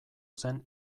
zen